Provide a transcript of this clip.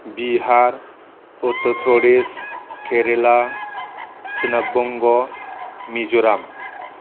बिहार उत्तर प्रदेश केरेला सोनाब बंग' मिज'राम